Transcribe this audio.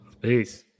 Peace